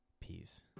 Peace